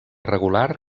regular